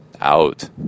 out